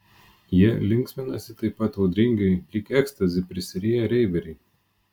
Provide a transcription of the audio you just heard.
jie linksminasi taip pat audringai lyg ekstazi prisiriję reiveriai